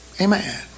Amen